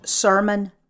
Sermon